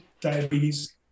diabetes